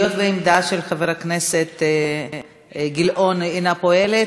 היות שהעמדה של חבר הכנסת גילאון אינה פועלת,